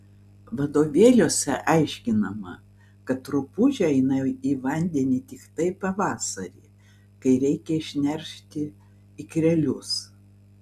vadovėliuose aiškinama kad rupūžė eina į vandenį tiktai pavasarį kai reikia išneršti ikrelius